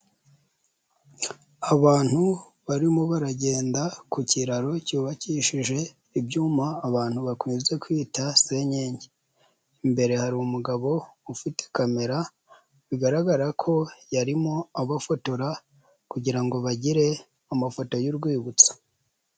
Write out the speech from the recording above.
Abantu barimo baragenda ku kiraro cyubakishije ibyuma abantu bakunze kwita senyenge, imbere hari umugabo ufite camera, bigaragara ko yarimo abofotora kugira ngo bagire amafoto y'urwibutso.